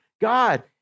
God